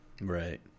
Right